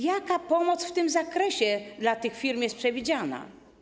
Jaka pomoc w tym zakresie dla tych firm jest przewidziana?